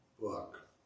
book